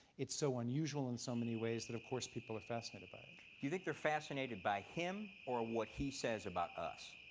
it's so unusual in so many ways that of course people are fascinated by it. do you think they're fascinated by him or what he says about us,